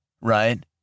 right